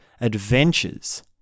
adventures